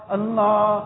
Allah